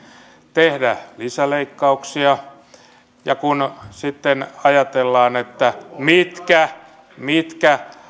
tehdä lisäleikkauksia kun sitten ajatellaan mitkä mitkä